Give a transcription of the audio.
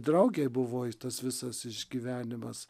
draugei buvo tas visas išgyvenimas